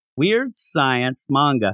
weirdsciencemanga